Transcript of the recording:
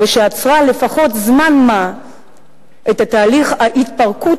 ושעצרה לפחות לזמן מה את תהליך ההתפרקות